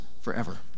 forever